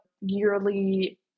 yearly